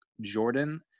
Jordan